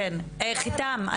חתאם,